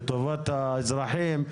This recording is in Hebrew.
לטובת האזרחים,